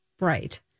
Right